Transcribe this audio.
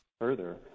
Further